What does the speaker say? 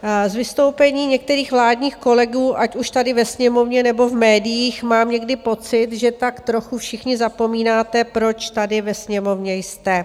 Z vystoupení některých vládních kolegů, ať už tady ve Sněmovně nebo v médiích, mám někdy pocit, že tak trochu všichni zapomínáte, proč tady ve Sněmovně jste.